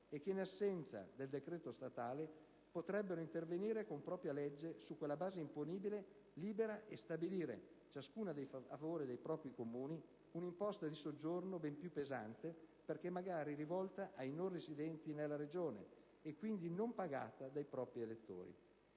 e che, in assenza del decreto statale, potrebbero intervenire con propria legge su quella base imponibile libera e stabilire, ciascuna a favore dei propri Comuni, un'imposta di soggiorno ben più pesante, perché magari rivolta ai non residenti nella Regione e quindi non pagata dai propri elettori.